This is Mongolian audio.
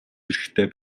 хэрэгтэй